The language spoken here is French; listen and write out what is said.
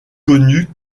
connu